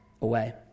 away